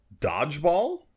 dodgeball